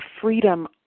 freedom